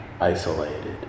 Isolated